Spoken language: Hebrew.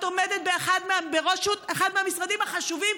את עומדת בראשות אחד מהמשרדים החשובים,